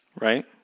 right